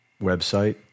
website